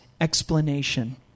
explanation